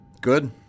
Good